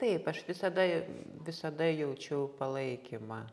taip aš visada visada jaučiau palaikymą